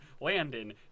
Landon